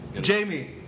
Jamie